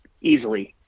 easily